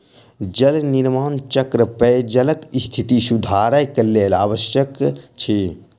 जल निर्माण चक्र पेयजलक स्थिति सुधारक लेल आवश्यक अछि